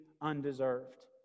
undeserved